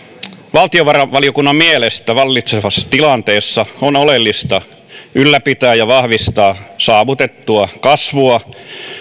valtiovarainvaliokunnan mielestä vallitsevassa tilanteessa on oleellista ylläpitää ja vahvistaa saavutettua kasvua